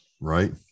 Right